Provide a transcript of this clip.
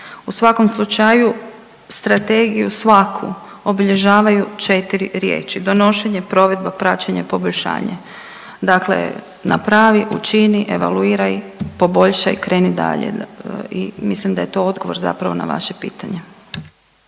U svakom slučaju strategiju svaku obilježavaju četiri riječi, donošenje, provedba, praćenje, poboljšanje. Dakle, napravi, učini, evaluiraj, poboljšaj i kreni dalje i mislim da je to odgovor zapravo na vaše pitanje.